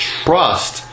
trust